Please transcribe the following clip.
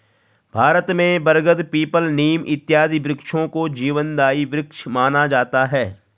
भारत में बरगद पीपल नीम इत्यादि वृक्षों को जीवनदायी वृक्ष माना जाता है